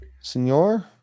senor